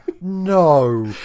No